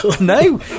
No